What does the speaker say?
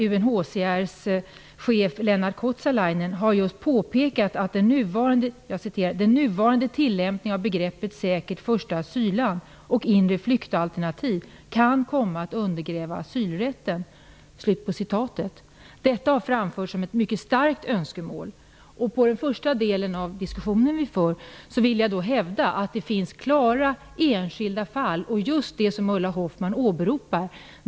UNHCR:s chef Lennart Kotsalainen har just påpekat att den nuvarande tillämpningen av begreppet säkert första asylland och inre flyktalternativ kan komma att undergräva asylrätten. Detta har framförts som ett mycket starkt önskemål. Jag vill hävda att det finns klara och entydiga fall, nämligen bl.a. just det fall som Ulla Hoffmann har åberopat.